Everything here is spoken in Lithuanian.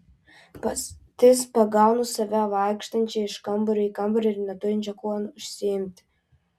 pati pagaunu save vaikštančią iš kambario į kambarį ir neturinčią kuo užsiimti